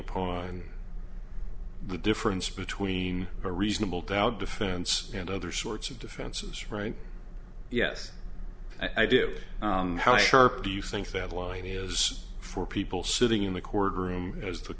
upon the difference between a reasonable doubt defense and other sorts of defenses right yes i do how sharp do you think that line is for people sitting in the courtroom as the